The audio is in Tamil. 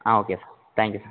ah okay sir thank you sir